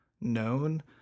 known